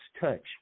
touch